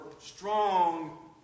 strong